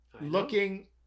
looking